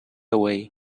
away